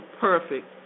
perfect